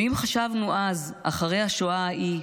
ואם חשבנו אז, אחרי השואה ההיא,